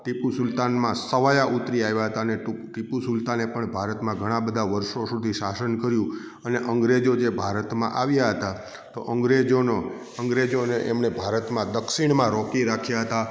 ટીપુ સુલતાનમાં સવાયા ઉતરી આવ્યા હતા ને ટીપુ સુલતાન ને પણ ભારતમાં ઘણાં બધાં વર્ષો સુધી શાસન કર્યું અને અંગ્રેજો જે ભારતમાં આવ્યા હતા તો અંગ્રેજોનો અંગ્રેજો એમને ભારતમાં દક્ષિણમાં રોકી રાખ્યા હતા